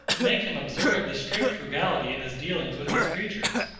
to make him observe this strict frugality in his dealings with his creatures.